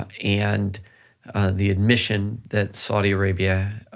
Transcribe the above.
and the admission that saudi arabia,